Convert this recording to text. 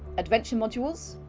adventure modules,